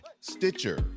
stitcher